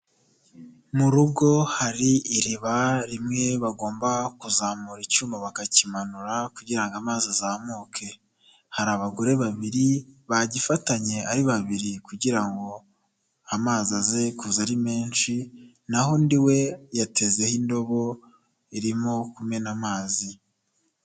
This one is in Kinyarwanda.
Mu rugo hari iriba rimwe bagomba kuzamura icyuma bakakimanura, kugira ngo amazi azamuke, hari abagore babiri, bagifatanye ari babiri kugira ngo amazi aze kuza ari menshi, naho undi we yatezeho indobo irimo kumena amazi.